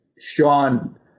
Sean